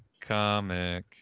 comic